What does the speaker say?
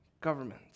governments